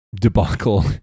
debacle